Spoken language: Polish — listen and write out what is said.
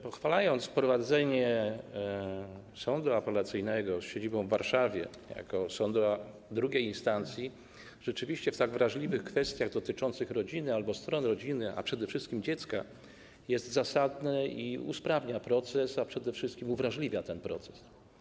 Pochwalam wprowadzenie Sądu Apelacyjnego z siedzibą w Warszawie jako sądu II instancji w tak wrażliwych kwestiach dotyczących rodziny albo stron rodziny, a przede wszystkim dziecka - to jest zasadne i usprawnia proces, a przede wszystkim uwrażliwia ten proces.